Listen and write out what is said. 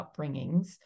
upbringings